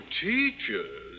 teachers